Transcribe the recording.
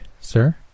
sir